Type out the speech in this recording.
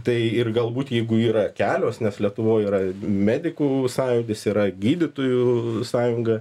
tai ir galbūt jeigu yra kelios nes lietuvoje yra medikų sąjūdis yra gydytojų sąjunga